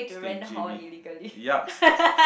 stay in j_b yucks